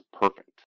perfect